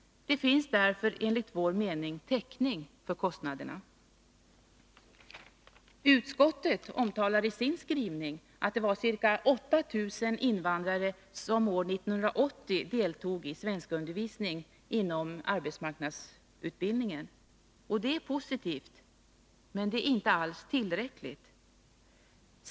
Det finns därför enligt vår mening täckning för kostnaderna. Utskottet redovisar i sin skrivning att det var ca 8 000 invandrare som år 1980 deltog i svenskundervisning inom arbetsmarknadsutbildningen, och det är positivt — men det är inte alls tillräckligt.